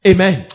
Amen